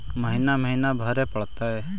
महिना महिना भरे परतैय?